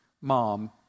mom